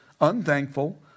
unthankful